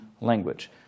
language